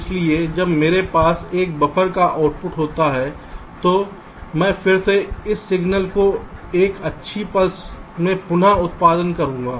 इसलिए जब मेरे पास एक बफर का आउटपुट होता है तो मैं फिर से इस सिग्नल को एक अच्छी पल्स में पुन उत्पन्न करूंगा